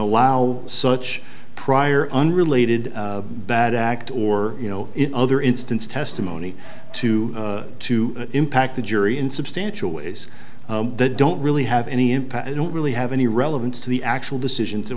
allow such prior unrelated bad act or you know in other instance testimony to to impact the jury in substantial ways that don't really have any impact i don't really have any relevance to the actual decisions that